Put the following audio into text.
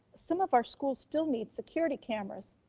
some of our schools still need security cameras.